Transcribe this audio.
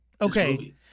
Okay